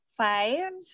five